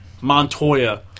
Montoya